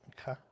Okay